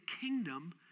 kingdom